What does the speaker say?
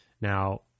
Now